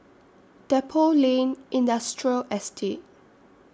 Depot Lane Industrial Estate